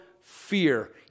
fear